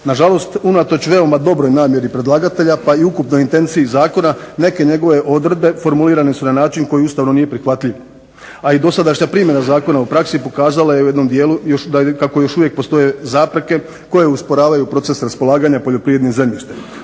Nažalost, unatoč veoma dobroj namjeri predlagatelja pa i ukupnoj intenciji zakona, neke njegove odredbe formulirane su na način koji ustavno nije prihvatljiv, a i dosadašnja primjena Zakona u praksi pokazala je u jednom dijelu kako još uvijek postoje zapreke koje usporavaju proces raspolaganja poljoprivrednim zemljištem.